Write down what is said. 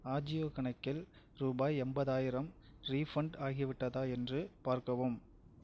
ஆஜியோ கணக்கில் ரூபாய் எண்பதாயிரம் ரீஃபண்ட் ஆகிவிட்டதா என்று பார்க்கவும்